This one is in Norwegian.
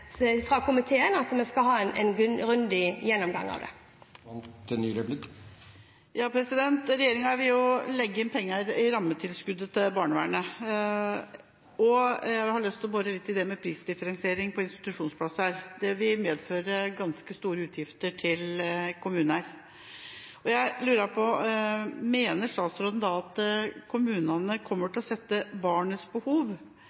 fra komiteen om at vi skal ha en grundig gjennomgang av det. Regjeringa vil legge inn penger i rammetilskuddet til barnevernet, og jeg har lyst til å bore litt i det med prisdifferensiering på institusjonsplasser. Det vil medføre ganske store utgifter til kommuner. Mener statsråden da at kommunene kommer til å sette barnets behov